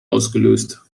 ausgelöst